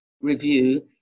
review